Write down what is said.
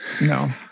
No